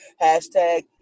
Hashtag